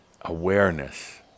Awareness